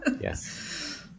Yes